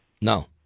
No